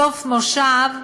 סוף מושב,